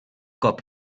cop